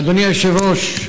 אדוני היושב-ראש,